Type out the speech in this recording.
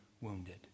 wounded